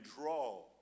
draw